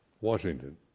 Washington